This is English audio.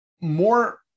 More